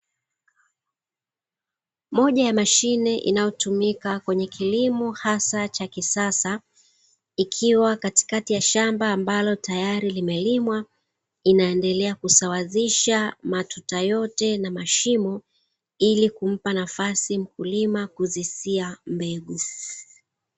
Moja ya mashine inayotumika kwenye kilimo, hasa cha kisasa, ikiwa katikati ya shamba ambalo tayari limelimwa, inaendelea kusawazisha matuta yote na mashimo, ili kumpa nafasi mkulima kuzisia mbegu.